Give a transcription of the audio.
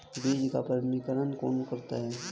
बीज का प्रमाणीकरण कौन करता है?